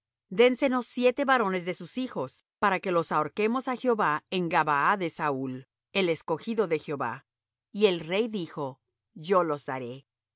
israel dénsenos siete varones de sus hijos para que los ahorquemos á jehová en gabaa de saúl el escogido de jehová y el rey dijo yo los daré y